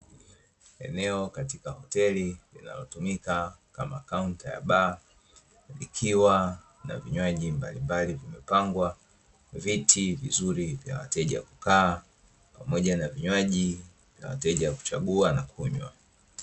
Eneo katika hoteli linalotumika kama kaunta ya baa, likiwa na vinywaji mbalimbali vimepangwa, viti vizuri vya wateja kukaa, pamoja na vinywaji vya wateja kuchagua na kunywa.